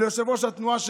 וליושב-ראש התנועה,